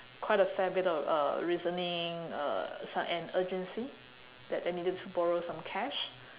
quite a fair bit of uh reasoning uh some and urgency that they needed to borrow some cash